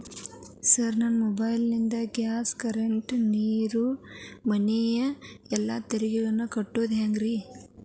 Sir ನನ್ನ mobile ನಿಂದ gas, current, ನೇರು, ಮನೆ ತೆರಿಗೆ ಎಲ್ಲಾ ಕಟ್ಟೋದು ಹೆಂಗ್ರಿ?